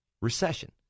recession